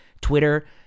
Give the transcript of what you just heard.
Twitter